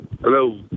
Hello